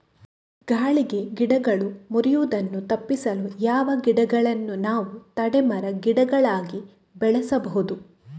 ಗಾಳಿಗೆ ಗಿಡಗಳು ಮುರಿಯುದನ್ನು ತಪಿಸಲು ಯಾವ ಗಿಡಗಳನ್ನು ನಾವು ತಡೆ ಮರ, ಗಿಡಗಳಾಗಿ ಬೆಳಸಬಹುದು?